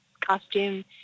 costume